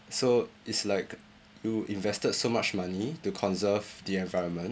so it's like you invested so much money to conserve the environment